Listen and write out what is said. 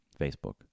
Facebook